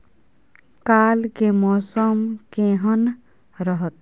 काल के मौसम केहन रहत?